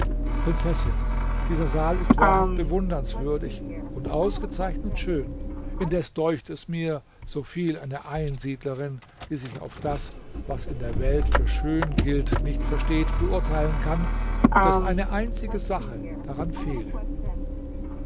prinzessin dieser saal ist wahrhaft bewundernswürdig und ausgezeichnet schön indes däucht es mir soviel eine einsiedlerin die sich auf das was in der welt für schön gilt nicht versteht beurteilen kann daß eine einzige sache daran fehle